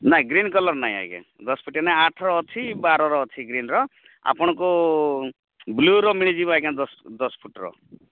ନାଇ green colour ନାହିଁ ଆଜ୍ଞା ଦଶ୍ ଫୁଟିଆ ନାହିଁ ଆଠ୍ ର ଅଛି ବାରର ଅଛି ଗ୍ରୀନ୍ର ଆପଣଙ୍କୁ ବ୍ଲୁ ର ମିଳିଯିବ ଆଜ୍ଞା ଦଶ୍ ଦଶ୍ ଫୁଟ୍ ର